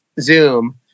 Zoom